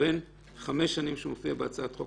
בין חמש שנים שמופיע בהצעת החוק